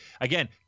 Again